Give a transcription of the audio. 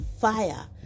fire